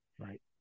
right